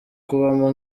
kubamo